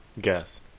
guess